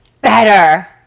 better